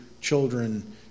children